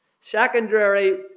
secondary